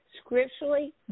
scripturally